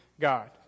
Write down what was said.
God